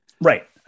right